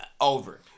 over